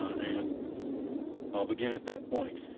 and i'll begin at that point.